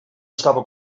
estava